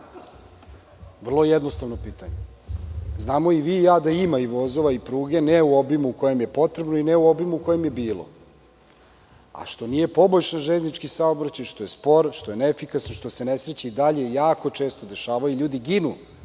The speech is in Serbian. Vrlo jednostavno pitanja. Znamo i vi i ja da ima i vozova i pruge, ne u obimu kojem je potrebno i ne u obimu kojem je bilo. Što nije poboljšan železnički saobraćaj, što je spor, što je neefikasan, što se nesreće i dalje jako često dešavaju, ljudi ginu,